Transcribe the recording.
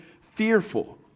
fearful